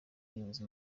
y’ubuhinzi